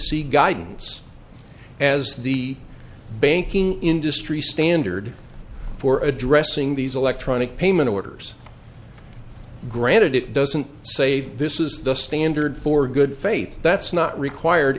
c guidance as the banking industry standard for addressing these electronic payment orders granted it doesn't say this is the standard for good faith that's not required